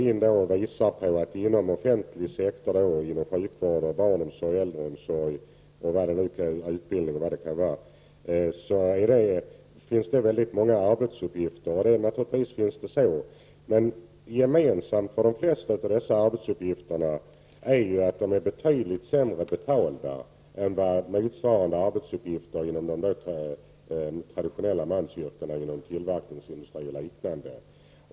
Hon visar att det inom den offentliga sektorn -- sjukvården, barnomsorgen, äldreomsorgen och utbildningen -- finns många arbetsuppgifter. Naturligtvis är det så. Men gemensamt för de flesta av dessa arbetsuppgifter är att de är betydligt sämre betalda än motsvarande arbetsuppgifter inom de traditionella mansyrkena i tillverkningsindustrin och liknande.